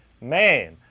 Man